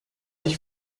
sich